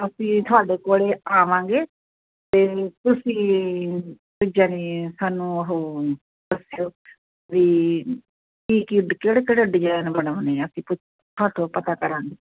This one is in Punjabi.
ਅਸੀਂ ਤੁਹਾਡੇ ਕੋਲ ਆਵਾਂਗੇ ਅਤੇ ਤੁਸੀਂ ਯਾਨੀ ਸਾਨੂੰ ਉਹ ਦੱਸਿਓ ਵੀ ਕੀ ਕੀ ਡ ਕਿਹੜੇ ਕਿਹੜੇ ਡਿਜ਼ਾਇਨ ਬਣਾਉਂਦੇ ਆ ਅਸੀਂ ਪੁ ਤੁਹਾਡੇ ਤੋਂ ਪਤਾ ਕਰਾਂਗੇ